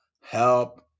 help